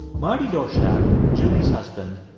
marty doerschlag, julie's husband,